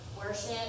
Worship